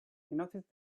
noticed